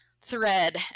thread